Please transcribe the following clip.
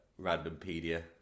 Randompedia